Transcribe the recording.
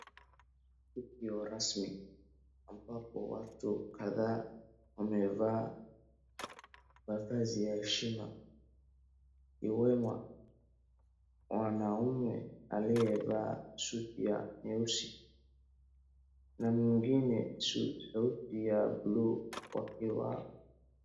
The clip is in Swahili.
Tukio rasmi ambapo watu kadhaa wamevaa mavazi ya heshima. Iwemo wanaume aliyevaa suti ya nyeusi na mwingine suti ya blue wakiwa.